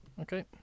Okay